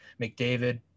McDavid